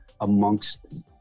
amongst